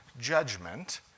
judgment